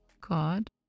God